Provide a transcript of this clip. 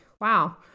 Wow